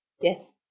Yes